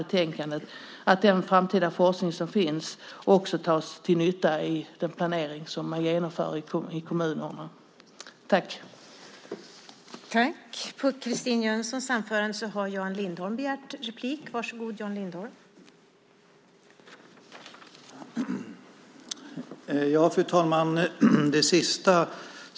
Det gäller alltså den framtida forskningen och att den forskning som finns kommer till nytta i kommunernas planering.